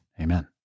Amen